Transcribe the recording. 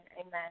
amen